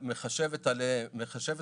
מחשבת